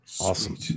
Awesome